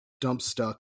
Dumpstuck